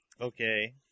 Okay